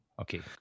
okay